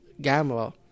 Gamma